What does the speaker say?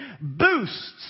boosts